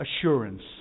assurance